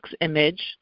image